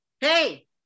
hey